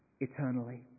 eternally